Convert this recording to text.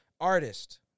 artist